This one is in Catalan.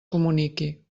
comuniqui